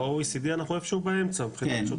ב-OECD אנחנו איפה שהוא באמצע מבחינת שוטרים לנפש.